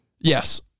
Yes